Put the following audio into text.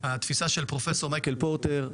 לפי התפיסה של פרופסור מייקל פורטר,